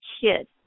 kid